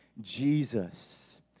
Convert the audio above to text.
Jesus